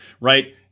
right